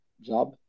job